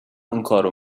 اونکارو